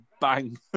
Bang